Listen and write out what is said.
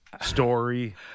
story